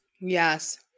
Yes